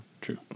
true